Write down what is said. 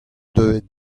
deuet